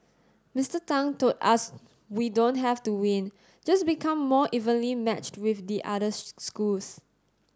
Mister Tang told us we don't have to win just become more evenly matched with the other schools